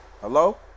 Hello